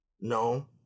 No